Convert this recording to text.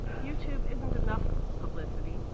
youtube isn't enough publicity.